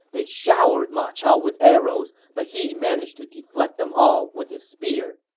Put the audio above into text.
they showered ma chao with arrows, but he managed to deflect them all with his spear.